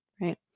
right